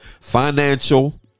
Financial